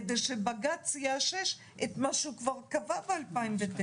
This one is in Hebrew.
כדי שבג"ץ יאשש את מה שהוא כבר קבע ב-2009.